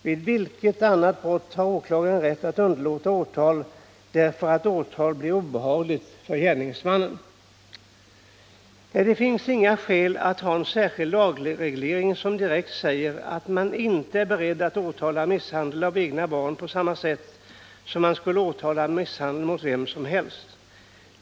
Vid vilka andra brott har åklagaren rätt att underlåta åtal därför att åtal blir obehagligt för gärningsmannen? Nej, det finns inga skäl att ha en särskild lagreglering som direkt säger att man inte är beredd att åtala misshandel av egna barn på samma sätt som man skulle åtala misshandel mot vem som helst.